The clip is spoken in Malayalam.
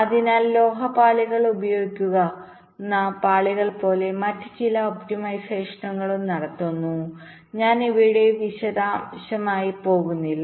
അതിനാൽ ലോഹ പാളികൾ ഉപയോഗിക്കുന്ന പാളികൾ പോലെ മറ്റ് ചില ഒപ്റ്റിമൈസേഷനുകളും നടത്തുന്നു ഞാൻ ഇവയുടെ വിശദാംശങ്ങളുമായി പോകുന്നില്ല